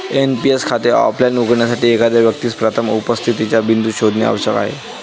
NPS खाते offline उघडण्यासाठी, एखाद्या व्यक्तीस प्रथम उपस्थितीचा बिंदू शोधणे आवश्यक आहे